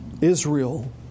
Israel